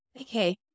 okay